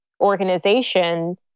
organization